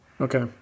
Okay